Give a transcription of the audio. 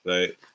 Right